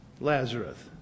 Lazarus